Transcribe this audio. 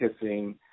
kissing